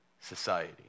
society